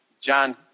John